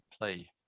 play